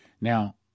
Now